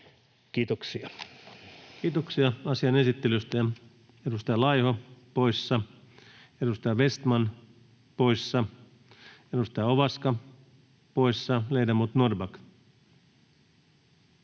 Content: Kiitoksia asian esittelystä. — Edustaja Laiho poissa, edustaja Vestman poissa, edustaja Ovaska poissa. — Ledamot Norrback.